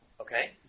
Okay